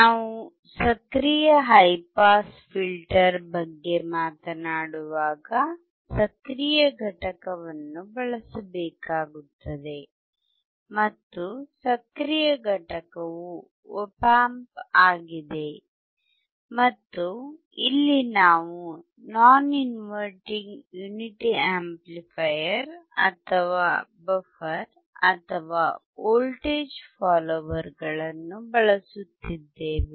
ನಾವು ಸಕ್ರಿಯ high pass filter ಬಗ್ಗೆ ಮಾತನಾಡುವಾಗ ಸಕ್ರಿಯ ಘಟಕವನ್ನು ಬಳಸಬೇಕಾಗುತ್ತದೆ ಮತ್ತು ಸಕ್ರಿಯ ಘಟಕವು ಒಪ್ ಆಂಪ್ ಆಗಿದೆ ಮತ್ತು ಇಲ್ಲಿ ನಾವು ನಾನ್ ಇನ್ವರ್ಟಿಂಗ್ ಯುನಿಟಿ ಆಂಪ್ಲಿಫೈಯರ್ ಅಥವಾ ಬಫರ್ ಅಥವಾ ವೋಲ್ಟೇಜ್ ಫಾಲ್ಲೋವರ್ ಗಳನ್ನು ಬಳಸುತ್ತಿದ್ದೇವೆ